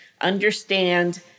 understand